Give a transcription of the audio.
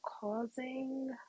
causing